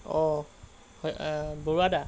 অঁ হয় বৰুৱা দা